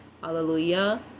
Hallelujah